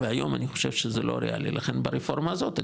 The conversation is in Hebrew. והיום אני חושב שזה לא ריאלי ולכן ברפורמה הזאת,